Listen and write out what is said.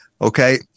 Okay